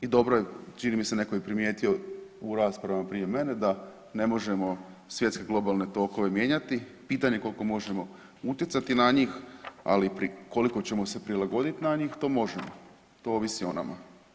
I dobro je, čini se netko je primijetio u raspravama prije mene da ne možemo svjetske globalne tokove mijenjati, pitanje koliko možemo utjecati na njih, ali koliko ćemo se prilagoditi na njih to možemo, to ovisi o nama.